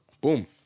boom